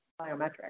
biometric